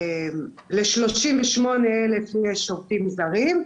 לשלושים ושמונה אלף יש עובדים זרים,